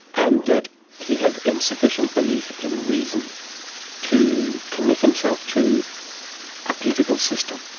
and that he had insufficient belief in reason to commit himself to a political system.